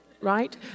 right